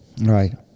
right